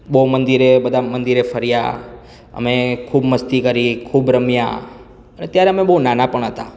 બહુ મંદીરે બધા મંદીરે ફર્યા અમે ખૂબ મસ્તી કરી ખૂબ રમ્યા અને ત્યારે અમે બહુ નાના પણ હતા